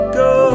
go